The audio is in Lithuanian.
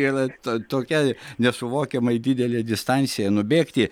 yra to tokia nesuvokiamai didelė distancija nubėgti